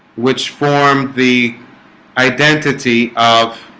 which formed the identity of